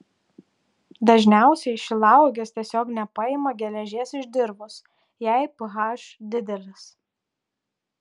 dažniausiai šilauogės tiesiog nepaima geležies iš dirvos jei ph didelis